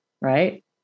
Right